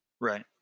Right